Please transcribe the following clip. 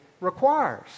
requires